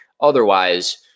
Otherwise